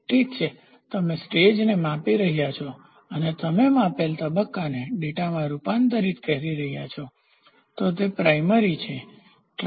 ઠીક છે તમે સ્ટેજને માપી રહ્યાં છો અને તમે માપેલ તબક્કાને ડેટામાં રૂપાંતરિત કરી રહ્યાં છો તે પ્રાઇમરીપ્રાથમિક છે